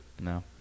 No